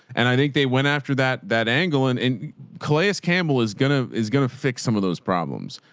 and i think they went after that, that angle and and coleus campbell is gonna, is going to fix some of those problems.